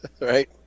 right